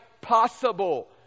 possible